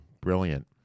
Brilliant